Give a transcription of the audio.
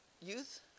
youth